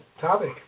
topic